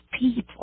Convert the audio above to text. people